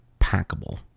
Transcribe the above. packable